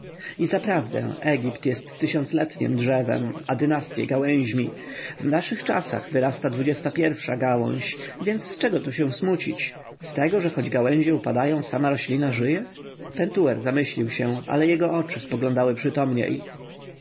i zaprawdę egipt jest tysiącletniem drzewem a dynastje gałęźmi w naszych oczach wyrasta xxi-sza gałąź więc z czego się tu smucić z tego że choć gałęzie upadają sama roślina żyje pentuer zamyślił się ale jego oczy spoglądały przytomniej